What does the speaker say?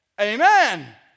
Amen